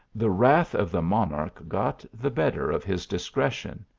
the wrath of the monarch got the better of his discretion.